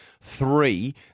three